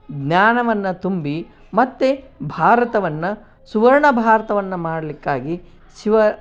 ಜ್ಞಾನವನ್ನು ತುಂಬಿ ಮತ್ತು ಭಾರತವನ್ನು ಸುವರ್ಣ ಭಾರತವನ್ನು ಮಾಡಲಿಕ್ಕಾಗಿ ಶಿವ